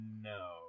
no